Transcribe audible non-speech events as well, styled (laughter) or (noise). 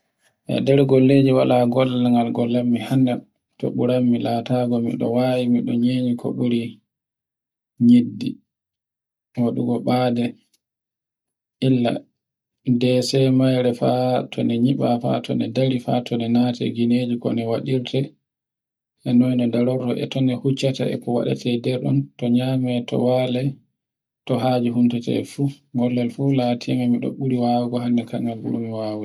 E nder golleji wala gollal ngal gollar mi hande (noise) to ɓuranmi latango miɗo wawi miɗo nyemi ko ɓuri (noise) nyiddi. Wadugo ɓade illa ndesemaire faa tone nyiɓa faa tone dari faa tono nate gineje kone waɗirte, e noy ne darorto e tono fu iccata e ko waɗe te nder ɗun. ko nyame to wale to haji fumtete fu. Gollal fu latingal miɗo ɓuri wawogo hannde kal ngal ɓuri wawogo.